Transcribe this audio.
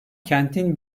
kentin